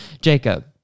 Jacob